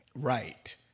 right